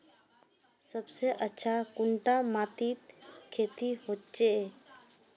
सबसे अच्छा कुंडा माटित खेती होचे?